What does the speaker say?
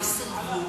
לא סירבו.